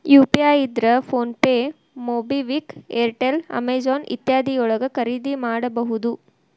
UPI ಇದ್ರ PhonePe MobiKwik Airtel Amazon ಇತ್ಯಾದಿ ಯೊಳಗ ಖರಿದಿಮಾಡಬಹುದು